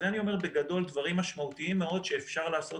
אני אומר בגדול דברים משמעותיים מאוד שאפשר לעשות